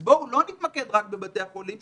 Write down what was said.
אז בואו לא נתמקד רק בבתי החולים,